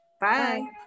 Bye